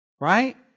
right